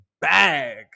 bag